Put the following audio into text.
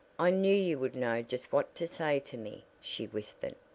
i knew you would know just what to say to me she whispered.